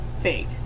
fake